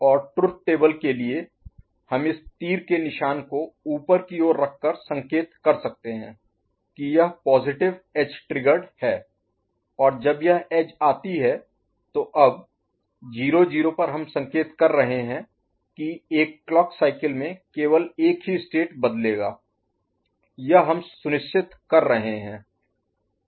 और truth table Truth Table सत्य तालिका के लिए हम इस तीर के निशान को ऊपर की ओर रखकर संकेत कर सकते हैं कि यह पॉजिटिव एज ट्रिगर्ड है और जब यह एज आती है तो अब 0 0 पर हम संकेत कर रहे हैं कि एक क्लॉक साइकिल में केवल एक ही स्टेट बदलेगा यह हम सुनिश्चित कर रहे हैं